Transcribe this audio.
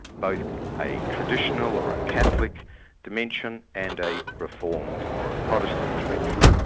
both a traditional or a catholic dimension, and a reformed or a protestant direction.